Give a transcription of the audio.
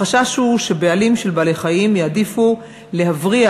החשש הוא שבעלים של בעלי-חיים יעדיפו להבריח